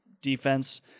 defense